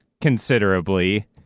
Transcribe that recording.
considerably